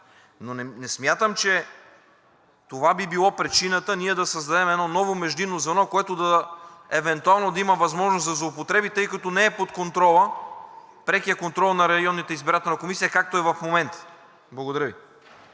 Но не смятам, че това би било причината ние да създадем едно ново междинно звено, което евентуално да има възможност за злоупотреби, тъй като не е под прекия контрол на районната избирателна комисия, както е в момента. Благодаря Ви.